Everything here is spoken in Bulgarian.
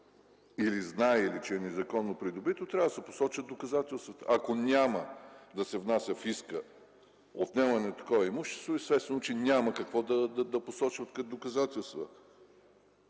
или знаели, че е незаконно придобито, трябва да се посочат доказателствата. Ако няма да се внася в иска отнемане на такова имущество, естествено е, че няма какво да посочват като доказателства.